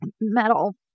metal